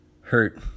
Hurt